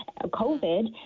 COVID